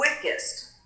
quickest